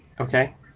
Okay